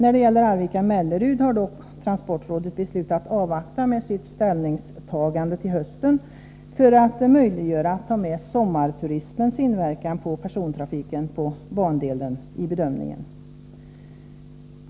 Då det gäller Arvika-Mellerud har dock transportrådet beslutat avvakta med sitt ställningstagande till hösten för att möjliggöra att i bedömningen ta med sommarturismens inverkan på persontrafiken på bandelen.